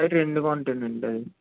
రెండు కొంటేనండి అవి